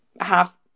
half